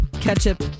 ketchup